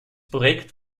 projekt